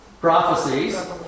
prophecies